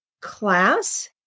class